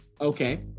Okay